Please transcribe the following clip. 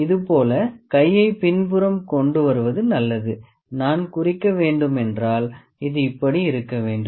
இது போல கையை பின்புறம் கொண்டு வருவது நல்லது நான் குறிக்க வேண்டும் என்றால் இது இப்படி இருக்க வேண்டும்